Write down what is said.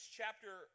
chapter